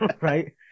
right